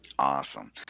Awesome